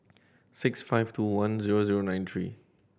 six five two one zero zero nine three